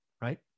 Right